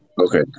Okay